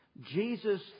Jesus